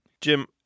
Jim